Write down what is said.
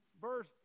verse